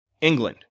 England